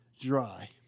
dry